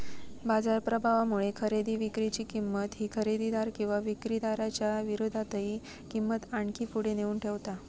बाजार प्रभावामुळे खरेदी विक्री ची किंमत ही खरेदीदार किंवा विक्रीदाराच्या विरोधातही किंमत आणखी पुढे नेऊन ठेवता